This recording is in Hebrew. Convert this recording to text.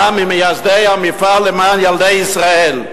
היה ממייסדי "המפעל למען ילדי ישראל",